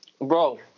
Bro